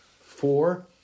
four